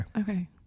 Okay